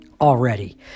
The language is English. already